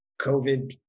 COVID